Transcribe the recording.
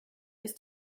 ist